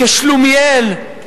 כשלומיאל.